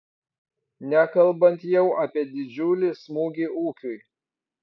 nekalbant jau apie didžiulį smūgį ūkiui